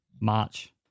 March